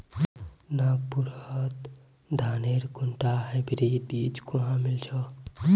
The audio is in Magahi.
नागपुरत धानेर कुनटा हाइब्रिड बीज कुहा मिल छ